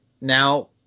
now